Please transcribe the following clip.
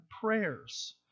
prayers